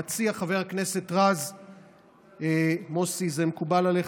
המציע חבר הכנסת מוסי רז, זה מקובל עליך?